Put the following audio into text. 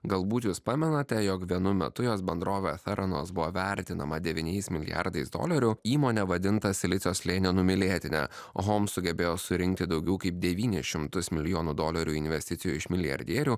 galbūt jūs pamenate jog vienu metu jos bendrovė feranos buvo vertinama devyniais milijardais dolerių įmonė vadinta silicio slėnio numylėtine homs sugebėjo surinkti daugiau kaip devynis šimtus milijonų dolerių investicijų iš milijardierių